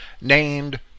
named